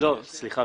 סליחה,